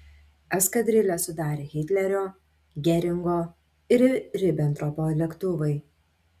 eskadrilę sudarė hitlerio geringo ir ribentropo lėktuvai